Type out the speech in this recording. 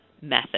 method